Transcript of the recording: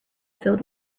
filled